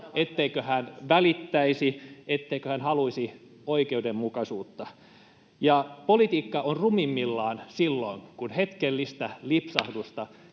etteikö hän välittäisi, etteikö hän haluaisi oikeudenmukaisuutta. Ja politiikka on rumimmillaan silloin, kun hetkellistä lipsahdusta